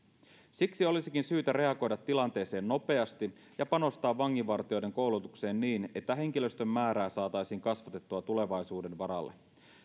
siksi olisikin syytä reagoida tilanteeseen nopeasti ja panostaa vanginvartijoiden koulutukseen niin että henkilöstön määrää saataisiin kasvatettua tulevaisuuden varalle